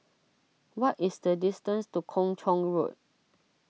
what is the distance to Kung Chong Road